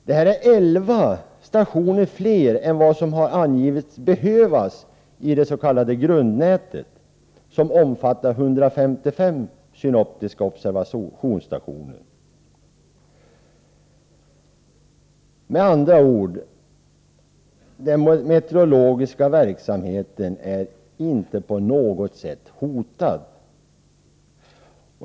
Detta antal stationer är elva fler än vad som har angetts behövas i det s.k. grundnätet, som omfattar 155 synoptiska observationsstationer. Den meteorologiska verksamheten är alltså inte på något sätt hotad.